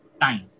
time